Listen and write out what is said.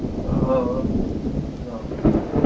हा आं हाम्